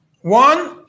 One